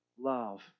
love